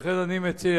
לכן אני מציע,